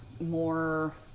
more